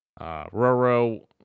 Roro